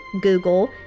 Google